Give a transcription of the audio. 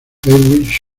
heinrich